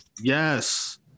Yes